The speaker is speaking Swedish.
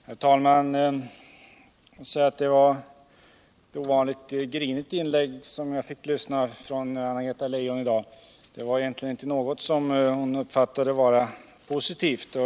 Herr talman! Det var ett ovanligt grinigt inlägg från Anna-Greta Leijons sida i dag. Hon uppfattade egentligen inte någonting som positivt.